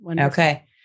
okay